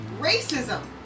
racism